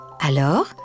Alors